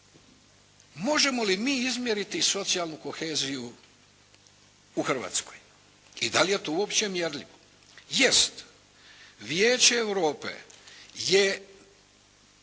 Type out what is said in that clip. Možemo li mi izmjeriti socijalnu koheziju u Hrvatskoj i da li je to uopće mjerljivo?